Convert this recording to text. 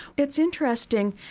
it's interesting.